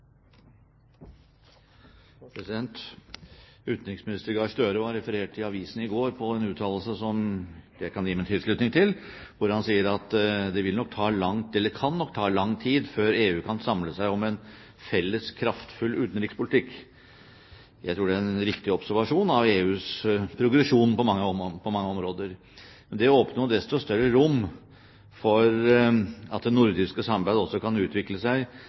i går en uttalelse fra utenriksminister Gahr Støre som jeg kan gi min tilslutning til, hvor han sier at det kan nok «ta lang tid før EU-landene kan samle seg om en felles, kraftfull utenrikspolitikk». Jeg tror det er en riktig observasjon av EUs progresjon på mange områder. Men det åpner jo desto større rom for at det nordiske samarbeidet også kan utvikle seg